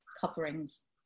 coverings